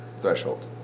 threshold